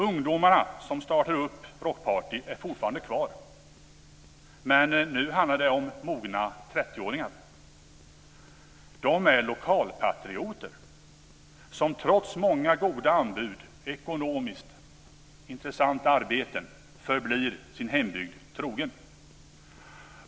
Ungdomarna som startade Rockparty är fortfarande kvar, men nu handlar det om mogna 30-åringar. De är lokalpatrioter som trots många goda anbud, ekonomiskt intressanta arbeten, förblir sin hembygd trogna.